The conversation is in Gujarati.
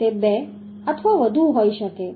તે બે અથવા વધુ હોઈ શકે છે